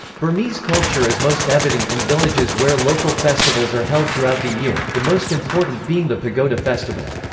burmese culture is most evident in villages where local festivals are held throughout the year, the most important being the pagoda festival.